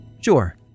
Sure